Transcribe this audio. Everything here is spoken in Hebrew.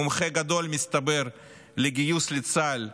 מומחה גדול לגיוס לצה"ל,